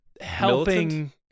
Helping